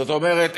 זאת אומרת,